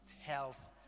health